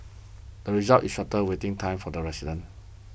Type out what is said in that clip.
the result is shorter waiting time for the residents